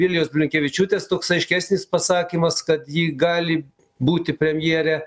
vilijos blinkevičiūtės toks aiškesnis pasakymas kad ji gali būti premjere